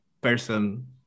person